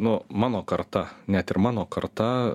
nu mano karta net ir mano karta